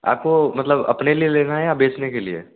आपको मतलब अपने लिए लेना है या बेचने के लिए